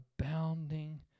abounding